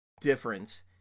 difference